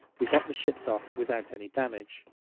we got the ships off without any damage.